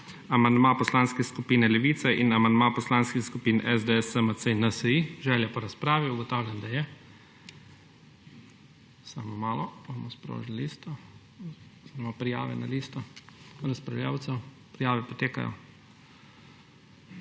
amandma Poslanske skupine Levica in amandma poslanskih skupin SDS, SMC in NSi. Želja po razpravi? Ugotavljam, da je. Sprožili bomo prijave na listo razpravljavcev. Prijave potekajo.